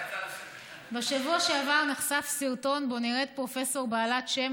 להשיב על ההצעה לסדר-היום?